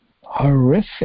horrific